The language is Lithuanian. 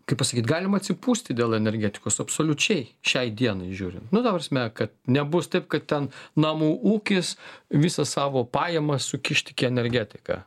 kaip pasakyt galim atsipūsti dėl energetikos absoliučiai šiai dienai žiūrint nu ta prasme ka nebus taip kad ten namų ūkis visas savo pajamas sukiš tik į energetiką